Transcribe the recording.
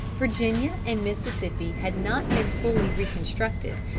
virginia and mississippi had not been fully reconstructed,